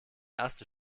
erste